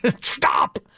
Stop